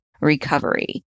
recovery